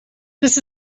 this